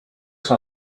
son